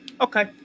Okay